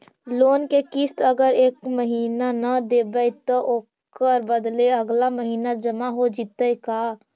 Loan के किस्त अगर एका महिना न देबै त ओकर बदले अगला महिना जमा हो जितै का?